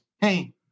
hey